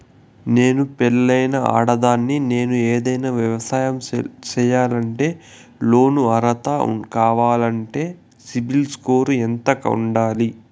నేను పెళ్ళైన ఆడదాన్ని, నేను ఏదైనా వ్యాపారం సేయాలంటే లోను అర్హత కావాలంటే సిబిల్ స్కోరు ఎంత ఉండాలి?